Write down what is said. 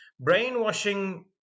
brainwashing